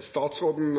Statsråden